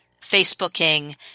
Facebooking